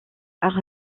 art